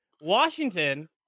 Washington